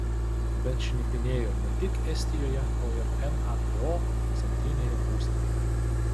bet šnipinėjo ne tik estijoje o ir nato centrinėje būstinėje